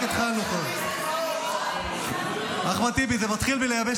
מה, אחמד טיבי מנהל את